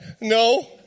no